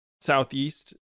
Southeast